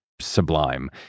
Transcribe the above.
sublime